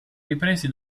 ripresi